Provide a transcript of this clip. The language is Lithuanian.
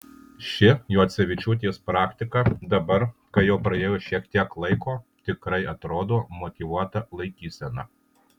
ši juocevičiūtės praktika dabar kai jau praėjo šiek tiek laiko tikrai atrodo motyvuota laikysena